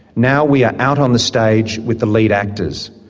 now we are out on the stage with the lead actors.